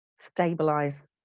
stabilize